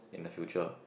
in the future